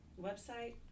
website